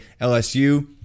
LSU